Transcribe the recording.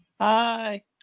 Hi